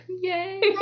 Yay